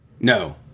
No